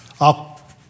up